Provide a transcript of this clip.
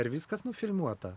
ar viskas nufilmuota